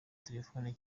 telefoni